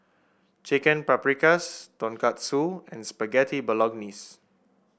Chicken Paprikas Tonkatsu and Spaghetti Bolognese